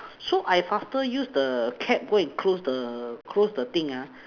so I faster use the cap go and close the close the thing ah